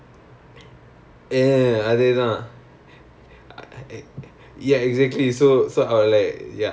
ya because every single name பெயர்:peyar every name is important the protein